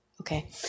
Okay